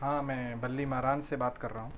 ہاں میں بلی ماران سے بات کر رہا ہوں